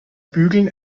bügeln